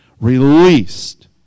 released